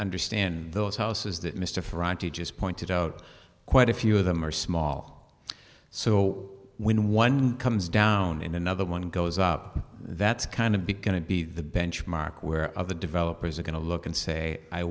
understand those houses that mr ferrante just pointed out quite a few of them are small so when one comes down in another one goes up that's kind of big going to be the benchmark where of the developers are going to look and say i